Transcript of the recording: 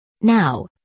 Now